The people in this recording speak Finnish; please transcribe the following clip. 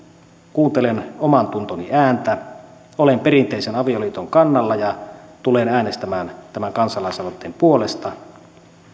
kuuntelen omantuntoni ääntä olen perinteisen avioliiton kannalla ja tulen äänestämään tämän kansalaisaloitteen puolesta